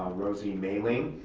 rosie mayling,